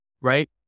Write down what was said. right